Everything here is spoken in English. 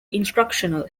instructional